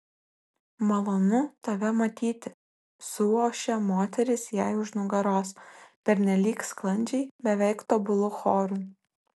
malonu tave matyti suošė moterys jai už nugaros pernelyg sklandžiai beveik tobulu choru